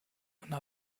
una